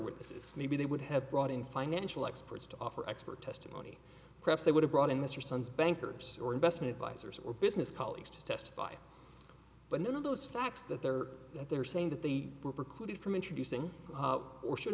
witnesses maybe they would have brought in financial experts to offer expert testimony perhaps they would have brought in this your sons bankers or investment advisers or business colleagues to testify but none of those facts that they're that they're saying that they were precluded from introducing or should